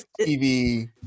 tv